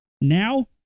Now